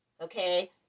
okay